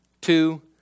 Two